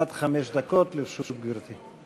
עד חמש דקות לרשות גברתי.